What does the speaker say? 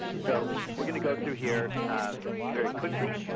so we're going to go through here very quickly.